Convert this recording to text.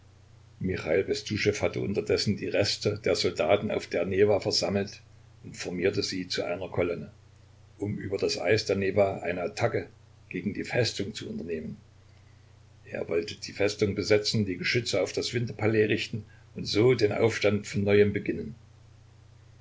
hatte unterdessen die reste der soldaten auf der newa versammelt und formierte sie zu einer kolonne um über das eis der newa eine attacke gegen die festung zu unternehmen er wollte die festung besetzen die geschütze auf das winterpalais richten und so den aufstand von neuem beginnen